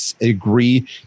agree